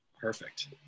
perfect